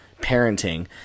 parenting